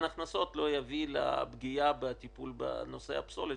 הכנסות לא יביא לפגיעה בטיפול בנושא הפסולת,